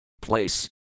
place